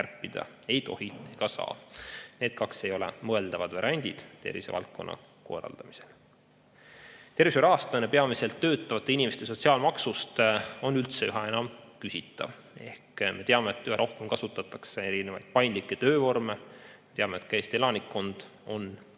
ei tohi ega saa. Need kaks ei ole mõeldavad variandid tervisevaldkonna korraldamisel. Tervishoiu rahastamine peamiselt töötavate inimeste sotsiaalmaksust on üldse üha enam küsitav. Me teame, et üha rohkem kasutatakse erinevaid paindlikke töövorme. Teame, et Eesti elanikkond on vananev.